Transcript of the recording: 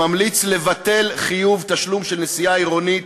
ממליץ לבטל חיוב תשלום של נסיעה עירונית